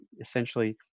essentially